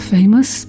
Famous